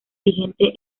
vigente